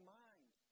mind